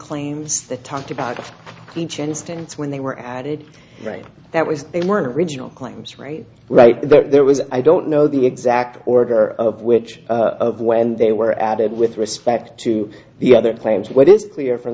claims the talked about of each instance when they were added right that was they weren't original claims right right there was i don't know the exact order of which of when they were added with respect to the other claims what is clear from